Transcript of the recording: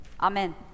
amen